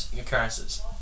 occurrences